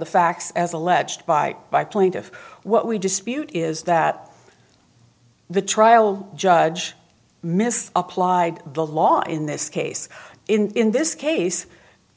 the facts as alleged by by plaintiff what we dispute is that the trial judge mis applied the law in this case in this case